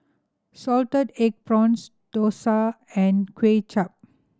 salted egg prawns dosa and Kuay Chap